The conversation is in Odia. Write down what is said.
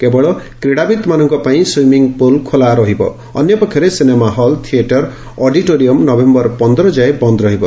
କେବଳ କ୍ରିଡ଼ାବିତ୍ମାନଙ୍କ ପାଇଁ ସୁଇମିଂ ପୁଲ୍ ଖୋଲା ରହିବ ଅନ୍ୟପକ୍ଷରେ ସିନେମା ହଲ୍ ଥିଏଟର୍ ଅଡିଟୋରିୟମ୍ ନଭେମ୍ ଯାଏଁ ବନ୍ ରହିବ